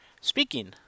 Speaking